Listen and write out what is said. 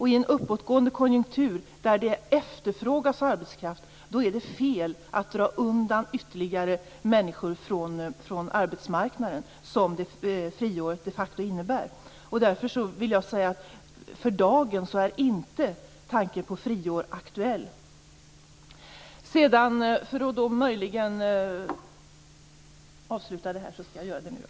I en uppåtgående konjunktur, då det efterfrågas arbetskraft, är det fel att dra undan ytterligare människor från arbetsmarknaden, vilket friåret de facto innebär. Därför är tanken på ett friår för dagen inte aktuell.